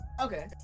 Okay